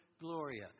Gloria